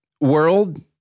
world